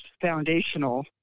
foundational